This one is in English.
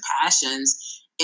passions